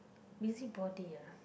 busybody uh